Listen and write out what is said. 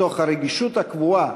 בתוך הרגישות הקבועה,